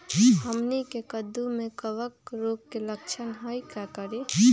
हमनी के कददु में कवक रोग के लक्षण हई का करी?